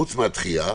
חוץ מהדחייה,